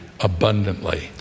abundantly